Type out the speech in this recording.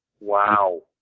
Wow